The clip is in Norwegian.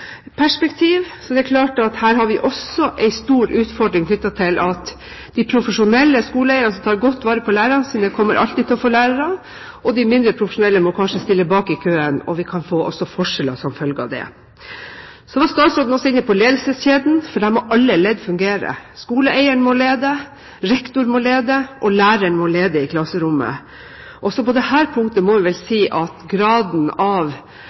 er det klart at vi her også har en stor utfordring knyttet til at de profesjonelle skoleeierne som tar godt vare på lærerne, alltid kommer til å få lærere, og at de mindre profesjonelle kanskje må stille bak i køen – og vi kan også få forskjeller som følge av det. Så var statsråden også inne på ledelseskjeden, for der må alle ledd fungere. Skoleeieren må lede, rektor må lede, og læreren må lede i klasserommet. Også på dette punktet må vi vel